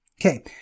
Okay